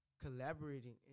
collaborating